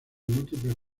múltiples